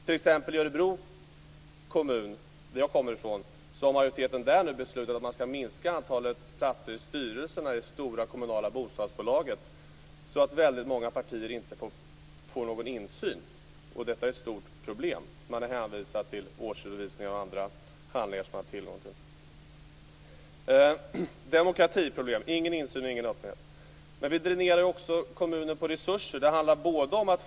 I Örebro kommun, som jag kommer ifrån, har majoriteten nu beslutat att man skall minska antalet platser i styrelsen i det stora kommunala bostadsbolaget så att väldigt många partier inte får någon insyn. Detta är ett stort problem. Man blir hänvisade till årsredovisningar och andra handlingar som man har tillgång till. Det är alltså ett demokratiproblem. Det finns ingen insyn och ingen öppenhet. Vi dränerar ju också kommunen på resurser.